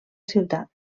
ciutat